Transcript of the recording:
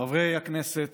חברי הכנסת,